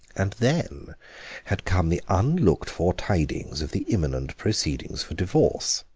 and then had come the unlooked-for tidings of the imminent proceedings for divorce.